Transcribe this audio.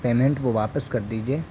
payment وہ واپس کر دیجیے